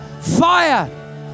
fire